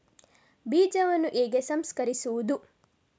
ಬೀಜವನ್ನು ಹೇಗೆ ಸಂಸ್ಕರಿಸುವುದು?